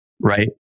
right